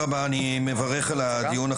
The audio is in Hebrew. אני רק רוצה לציין כמוך,